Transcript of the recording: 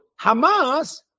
Hamas